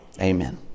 Amen